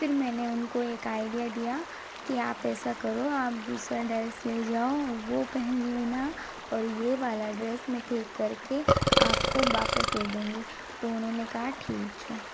फिर मैंने उनको एक आइडिया दिया कि आप ऐसा करो आप दूसरा ड्रेस ले जाओ वो पहन लेना और ये वाला ड्रेस मैं ठीक कर के आपको वापस दे दूँगी तो उन्होंने कहा ठीक है